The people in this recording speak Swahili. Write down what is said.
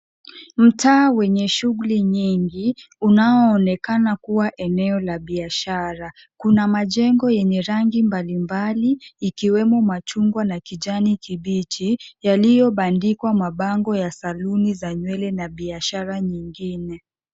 Mtaa wenye shughuli nyingi, unaoonekana kuwa eneo la biashara. Kuna majengo yenye rangi mbalimbali, ikiwemo machungwa na kijani kibichi, yaliyobandikwa mabango ya saluni za nywele na biashara nyingine.